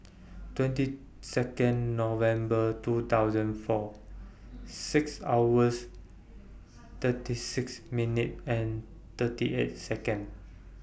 twenty two November two thousand and four six hours thirty six minute and thirty eight Second